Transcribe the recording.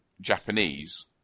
Japanese